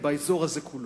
ובאזור הזה כולו.